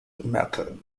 method